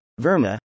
Verma